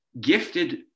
gifted